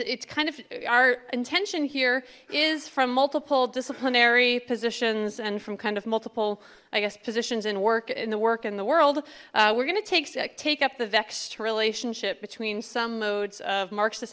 it's kind of our intention here is from multiple disciplinary positions and from kind of multiple i guess positions in work in the work in the world we're going to take take up the vexed relationship between some modes of marxist